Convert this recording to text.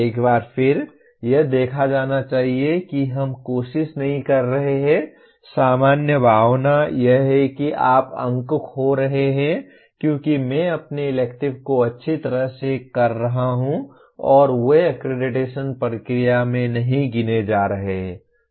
एक बार फिर यह देखा जाना चाहिए कि हम कोशिश नहीं कर रहे हैं सामान्य भावना यह है कि आप अंक खो रहे हैं क्योंकि मैं अपने इलेक्टिव को अच्छी तरह से कर रहा हूं और वे अक्क्रेडिटेशन प्रक्रिया में नहीं गिने जा रहे हैं